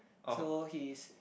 so he's